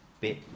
bit